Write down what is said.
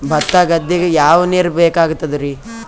ಭತ್ತ ಗದ್ದಿಗ ಯಾವ ನೀರ್ ಬೇಕಾಗತದರೀ?